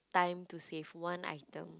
time to save one item